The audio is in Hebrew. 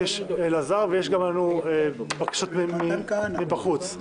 גם אלעזר וגם יש בקשות מבחוץ.